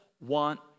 want